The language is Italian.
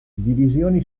divisioni